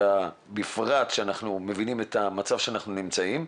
ובפרט כשאנחנו מבינים את המצב שאנחנו נמצאים.